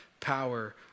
power